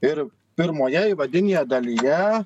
ir pirmoje įvadinėje dalyje